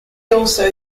also